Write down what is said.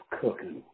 cooking